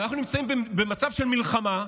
עכשיו אנחנו נמצאים במצב של מלחמה.